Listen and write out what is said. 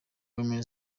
women